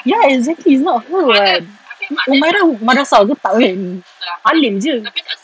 ya exactly it's not her [what] humairah madrasah ke takkan alim jer